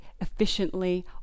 efficiently